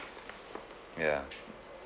ya